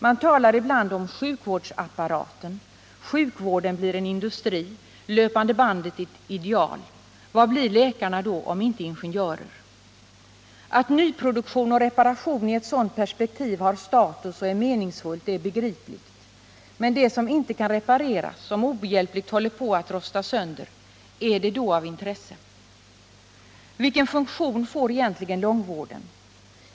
Man talar ibland om sjukvårdsapparaten — sjukvården blir en industri med det löpande bandet som ett ideal. Vad blir läkarna då om inte ingenjörer? Att nyproduktion och reparation i ett sådant perspektiv har status och är meningsfullt är begripligt, men det som inte kan repareras och som ohjälpligt håller på att rosta sönder, är det då av intresse? Vilken funktion får egentligen långvården?